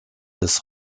des